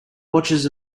watches